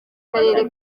karere